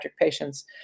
patients